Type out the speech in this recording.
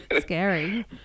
Scary